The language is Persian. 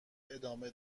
ادامه